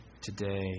today